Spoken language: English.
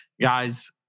guys